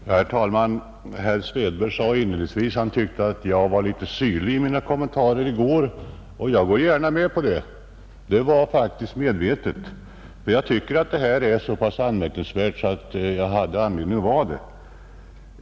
Herr talman! Herr Svedberg sade inledningsvis att jag i går var litet syrlig i mina kommentarer, vilket jag gärna medger. Det var faktiskt medvetet, för jag tycker att det här är så pass anmärkningsvärt att jag hade anledning därtill.